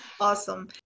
Awesome